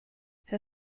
her